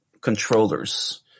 controllers